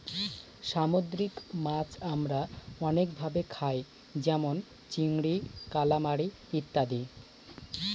সামুদ্রিক মাছ আমরা অনেক ভাবে খায় যেমন চিংড়ি, কালামারী ইত্যাদি